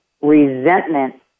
resentment